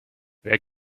wer